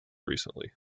recently